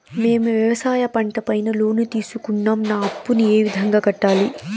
మేము వ్యవసాయ పంట పైన లోను తీసుకున్నాం నా అప్పును ఏ విధంగా కట్టాలి